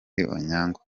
onyango